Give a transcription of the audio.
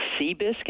Seabiscuit